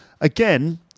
Again